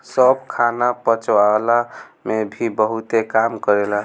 सौंफ खाना पचवला में भी बहुते काम करेला